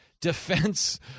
defense